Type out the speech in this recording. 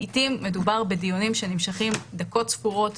לעיתים מדובר בדיונים שנמשכים דקות ספורות,